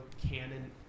canon